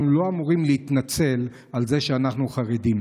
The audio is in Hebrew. אנחנו לא אמורים להתנצל על זה שאנחנו חרדים.